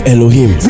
Elohim